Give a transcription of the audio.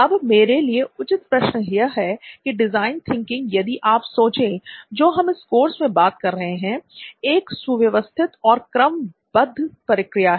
अब मेरे लिए उचित प्रश्न यह है की डिज़ाइन थिंकिंग यदि आप सोचें जो हम इस कोर्स में बात कर रहे हैं एक सुव्यवस्थित और क्रमबद्ध प्रक्रिया है